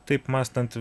taip mąstant